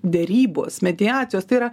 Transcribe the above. derybos mediacijos tai yra